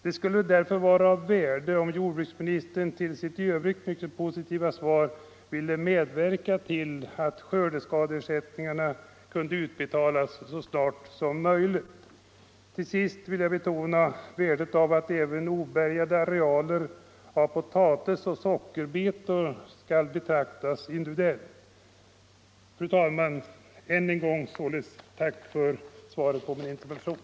Det skulle därför vara av värde, om jordbruksministern utöver sitt positiva svar ville lova att han skall medverka till att skördeskadeersättningarna utbetalas snarast möjligt. Till sist vill jag betona värdet av att även obärgade arealer av potatis och sockerbetor beaktas individuellt. Fru talman! Än en gång tack för svaret på min interpellation.